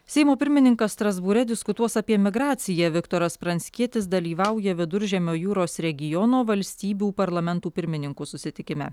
seimo pirmininkas strasbūre diskutuos apie migraciją viktoras pranckietis dalyvauja viduržemio jūros regiono valstybių parlamentų pirmininkų susitikime